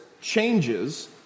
changes